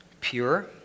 pure